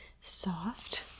Soft